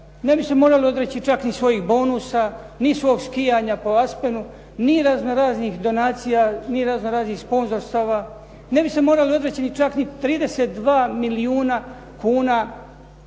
ne bi se morali odreći čak ni svoga bonusa, ni svog skijanja po Aspenu, ni razno raznih donacija, ni razno raznih sponzorstava, ne bi se morali odreći čak ni 32 milijuna eura